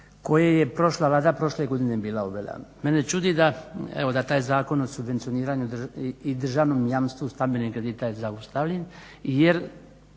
koje je prošla Vlada prošle godine bila uvela. Mene čudi da taj Zakon o subvencioniranju i državnom jamstvu stambenih kredita je …, a to je